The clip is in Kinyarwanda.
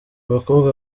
bakobwa